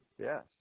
Yes